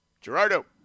Gerardo